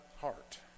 heart